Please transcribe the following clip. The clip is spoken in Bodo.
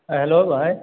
ओइ हेल' भाई